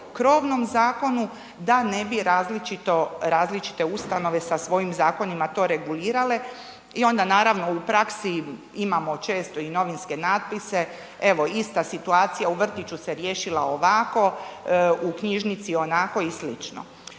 krovnom zakonu da ne bi različite ustanove sa svojim zakonima to regulirale i onda naravno u praksi imamo često i novinske natpise, evo ista situacija u vrtiću se riješila ovako, u knjižnici onako i